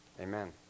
Amen